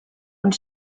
und